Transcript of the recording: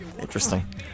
interesting